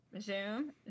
zoom